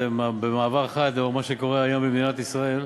זה במעבר חד לאור מה שקורה היום במדינת ישראל.